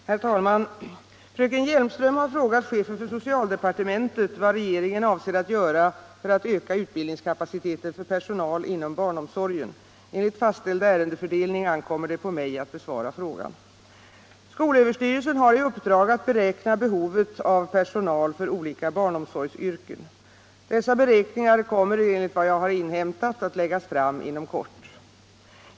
19, vill herr socialministern, och anförde: Hérr talman! Fröken Hjelmström har frågat chefen för socialdepartementet vad regeringen avser att göra för att öka utbildningskapaciteten för personal inom barnomsorgen. Enligt fastställd ärendefördelning an 1 . kommer det på mig att besvara frågan. Skolöverstyrelsen har i uppdrag att beräkna behovet av personal för olika barnomsorgsyrken. Dessa beräkningar kommer enligt vad jag har inhämtat att läggas fram inom kort.